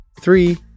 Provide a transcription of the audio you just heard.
three